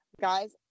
guys